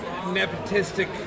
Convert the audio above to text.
nepotistic